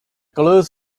colours